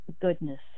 goodness